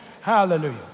Hallelujah